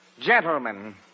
Gentlemen